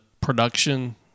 production